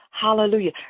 Hallelujah